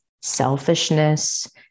selfishness